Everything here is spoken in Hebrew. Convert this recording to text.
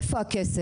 רק איפה הכסף?